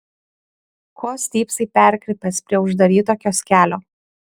ko stypsai perkrypęs prie uždaryto kioskelio